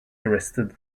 arrested